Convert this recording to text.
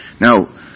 Now